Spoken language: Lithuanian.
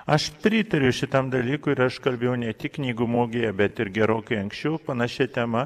aš pritariu šitam dalykui ir aš kalbėjau ne tik knygų mugėje bet ir gerokai anksčiau panašia tema